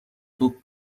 توپ